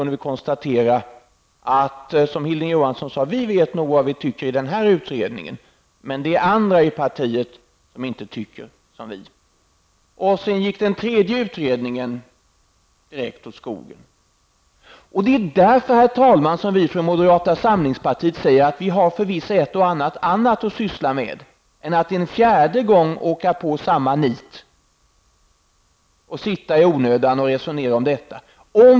Något år gick och vi fick höra Hilding Johansson säga: Vi vet nog vad vi i den här utredningen tycker, men andra i partiet tycker inte som vi. Därmed gick också den tredje utredningen åt skogen. Det är därför, herr talman, som vi i moderata samlingspartiet säger att vi förvisso har andra saker att syssla med än att en fjärde gång gå på samma nit och i onödan resonera om detta.